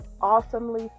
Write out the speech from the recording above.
awesomely